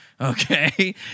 Okay